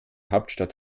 hauptstadt